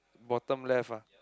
bottom left ah